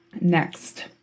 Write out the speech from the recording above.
Next